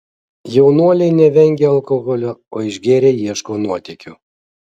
jaunuoliai nevengia alkoholio o išgėrę ieško nuotykių